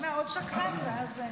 נשמע עוד שקרן ואז נסביר.